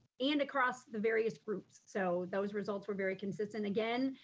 and across the various groups. so those results were very consistent again,